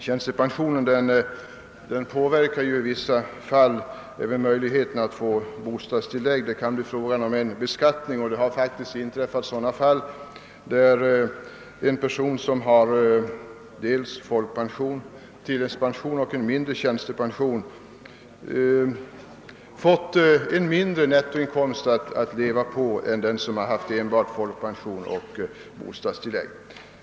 Tjänstepensionen påverkar ju i vissa fall även möjligheten att få bostads tillägg. Det kan också bli fråga om en beskattning, och det har faktiskt förekommit fall där en person som har folkpension, tilläggspension och en mindre tjänstepension fått en lägre nettoinkomst att leva på än den som har enbart folkpension och bostadstillägg.